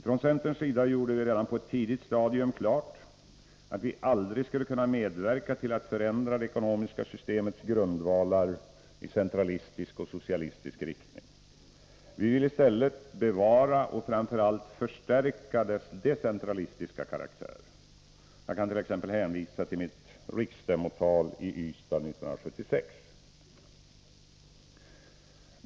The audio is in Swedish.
Från centerns sida gjorde vi redan på ett tidigt stadium klart, att vi aldrig skulle kunna medverka till att förändra det ekonomiska systemets grundvalar i centralistisk och socialistisk riktning. Vi vill i stället bevara och framför allt förstärka dess decentralistiska karaktär. Jag kan t.ex. hänvisa till mitt riksstämmotal i Ystad 1976.